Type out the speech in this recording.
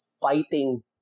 fighting